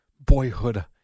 boyhood